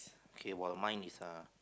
okay while mine is err